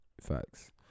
Facts